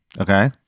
Okay